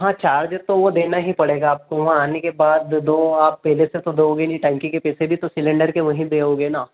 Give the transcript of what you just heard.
हाँ चार्ज तो वह देना ही पड़ेगा आपको वहाँ आने के बाद दो आप पहले से तो दोगे नी टंकी के पैसे भी तो सिलेंडर के वहीं देओगे न